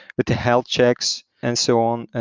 but the health checks and so on,